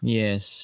yes